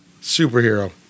superhero